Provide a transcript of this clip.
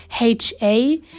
ha